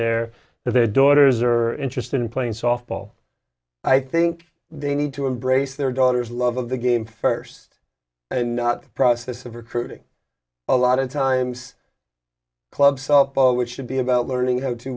there that their daughters are interested in playing softball i think they need to embrace their daughter's love of the game first and not the process of recruiting a lot of times club softball which should be about learning how to